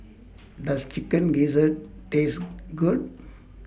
Does Chicken Gizzard Taste Good